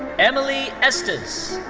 emily estes.